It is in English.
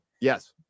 Yes